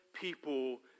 people